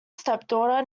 stepdaughter